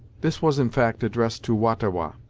this was, in fact, addressed to wah-ta-wah,